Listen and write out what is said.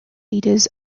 leaders